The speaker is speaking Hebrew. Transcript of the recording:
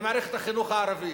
במערכת החינוך הערבית.